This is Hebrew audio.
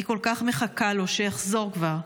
אני כל כך מחכה לו שיחזור כבר.